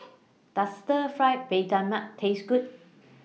Does Stir Fried Mee Tai Mak Taste Good